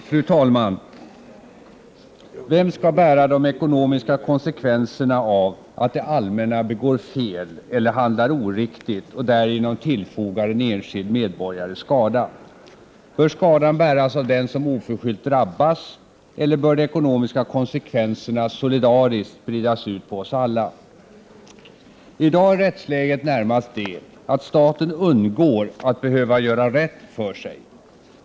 Fru talman! Vem skall bära de ekonomiska konsekvenserna av att det allmänna begår fel eller handlar oriktigt och därigenom tillfogar en enskild medborgare skada? Bör skadan bäras av den som oförskyllt drabbas eller bör de ekonomiska konsekvenserna solidariskt spridas ut på oss alla? I dag är rättsläget närmast det, att staten undgår att behöva göra rätt för sig.